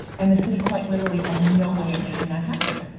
and the city, quite literally, has no way of making that happen.